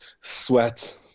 sweat